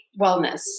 wellness